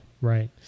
right